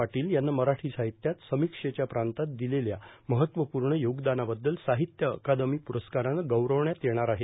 पाटील यांना मराठी साहित्यात समीक्षेच्या प्रातांत दिलेल्या महत्त्वपूर्ण योगदानाबद्दल साहित्य अकादमी प्रस्कारानं गौरवण्यात येणार आहे